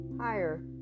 higher